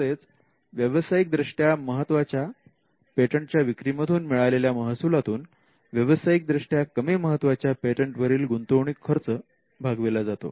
तसेच व्यावसायिक दृष्ट्या महत्त्वाच्या पेटंटच्या विक्रीमधून मिळालेल्या महसुलातून व्यवसायिक दृष्ट्या कमी महत्त्वाच्या पेटंट वरील गुंतवणूक खर्च भागविला जातो